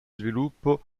sviluppo